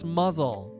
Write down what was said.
muzzle